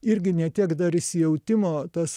irgi ne tiek dar įsijautimo tas